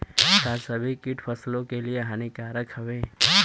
का सभी कीट फसलों के लिए हानिकारक हवें?